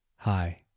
Hi